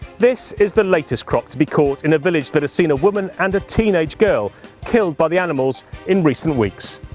this is the latest croc to be caught in a village that has seen a woman and a teenage girl killed by the animals in recent weeks.